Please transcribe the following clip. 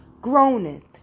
groaneth